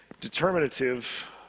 Determinative